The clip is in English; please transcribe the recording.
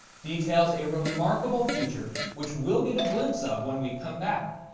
details a remarkable future which we'll get a glimpse of when we come back.